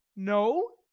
no?